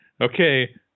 Okay